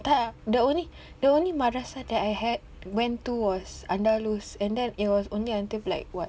tak ah the only the only madrasah that I had went to was Andalus and then it was only until like what